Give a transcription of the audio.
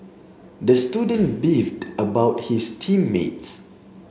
the student beefed about his team mates